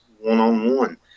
one-on-one